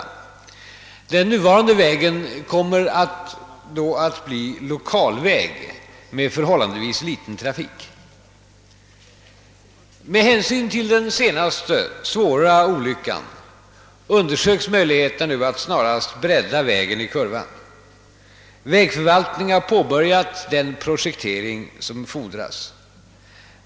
Den nuvarande vägen kommer då att bli lokalväg med förhållandevis liten trafik. Med hänsyn till den senaste svåra olyckan undersöks möjligheterna att snarast bredda vägen i kurvan. Vägförvaltningen har påbörjat den projektering som fordras.